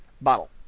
bottle